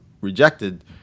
rejected